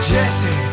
Jesse